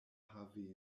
haveno